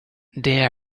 they